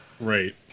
Right